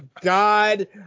God